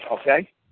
okay